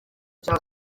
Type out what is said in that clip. cya